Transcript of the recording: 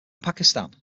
pakistan